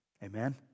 Amen